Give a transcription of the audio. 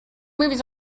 movies